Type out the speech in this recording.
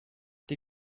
die